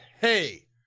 hey